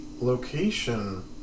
location